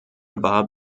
war